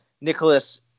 Nicholas